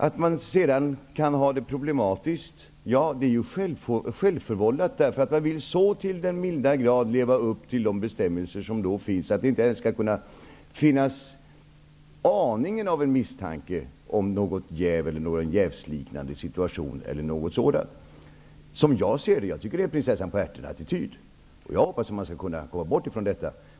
Att man sedan kan ha det problematiskt är ju självförvållat, eftersom man så till den milda grad vill leva upp till de bestämmelser som finns att det inte skall finnas aningen av en misstanke om något jäv, någon jävsliknande situation eller någonting sådant. Som jag ser det ger Kurt Ove Johansson uttryck för en prinsessan på ärten-attityd, och jag hoppas att man skall komma bort ifrån den.